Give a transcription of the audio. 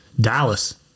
Dallas